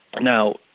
Now